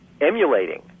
emulating